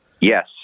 Yes